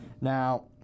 Now